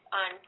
on